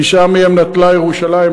תשעה מהם נטלה ירושלים.